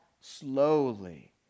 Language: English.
slowly